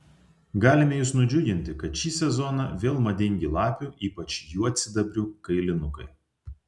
galime jus nudžiuginti kad šį sezoną vėl madingi lapių ypač juodsidabrių kailinukai